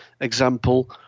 example